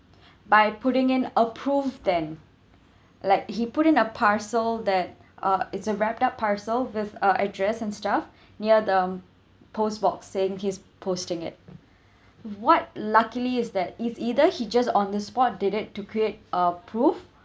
by putting in a proof then like he put in a parcel that uh it's a wrapped up parcel with uh address and stuff near the post box saying he's posting it what luckily is that is either he just on the spot did it to create a proof